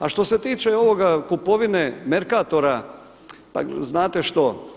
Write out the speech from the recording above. A što se tiče ovoga kupovine Merkatora, pa znate što?